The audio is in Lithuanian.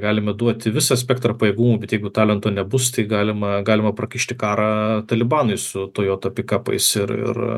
galime duoti visą spektrą pajėgumų bet jeigu talento nebus tai galima galima prakišti karą talibanui su toyota pikapais ir ir